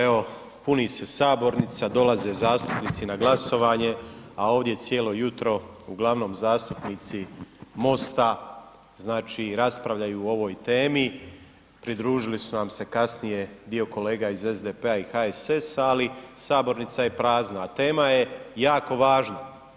Evo, puni se sabornica, dolaze zastupnici na glasovanje a ovdje cijelo jutro uglavnom zastupnici MOST-a, znači raspravljaju o ovoj temi, pridružili su nam se kasnije dio kolega iz SDP-a i HSS-a ali ali sabornica je prazna, a tema je jako važna.